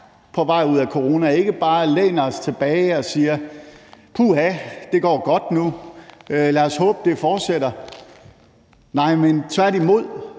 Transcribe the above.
på vej ud af corona, ikke bare læner os tilbage og siger, at puha, det går godt nu, lad os håbe, det fortsætter, men tværtimod